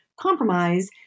compromise